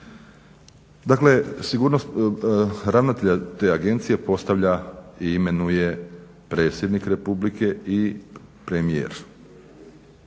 Dakle, ravnatelja te agencije i postavlja i imenuje predsjednik Republike i premijer.